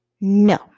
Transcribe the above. No